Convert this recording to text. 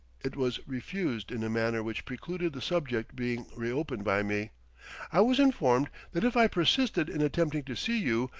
it was refused in a manner which precluded the subject being reopened by me i was informed that if i persisted in attempting to see you,